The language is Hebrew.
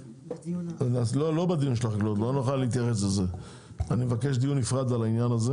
אז אני מבקש דיון נפרד על העניין הזה